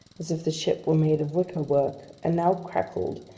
as if the ship were made of wicker-work and now crackled,